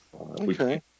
Okay